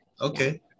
okay